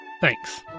Thanks